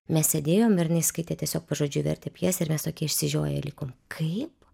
mes sėdėjom ir jinai skaitė tiesiog pažodžiui vertė pjesę ir mes tokie išsižioję likom kaip